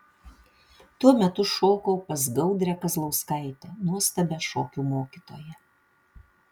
tuo metu šokau pas gaudrę kazlauskaitę nuostabią šokių mokytoją